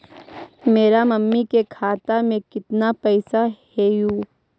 मेरा मामी के खाता में कितना पैसा हेउ?